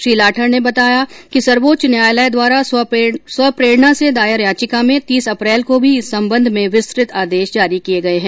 श्री लाठर ने बताया कि सर्वोच्च न्यायालय द्वारा स्वप्रेरणा से दायर याचिका में तीस अप्रेल को भी इस संबंध में विस्तृत आदेश जारी किए गए है